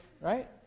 right